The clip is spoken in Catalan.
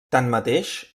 tanmateix